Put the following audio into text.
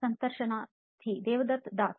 ಸಂದರ್ಶನಾರ್ಥಿ ದೇವದತ್ ದಾಸ್